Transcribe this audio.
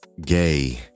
gay